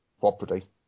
property